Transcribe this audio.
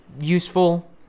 useful